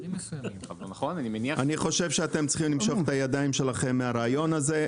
אני חושב שאתם צריכים למשוך את הידיים שלכם מהרעיון הזה,